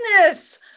business